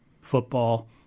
football